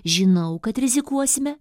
žinau kad rizikuosime